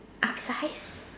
upsize